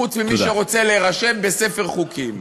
חוץ ממי שרוצה להירשם בספר חוקים.